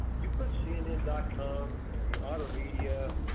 you put cnn and com, the otter media,